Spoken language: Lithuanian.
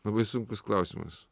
labai sunkus klausimas